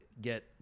get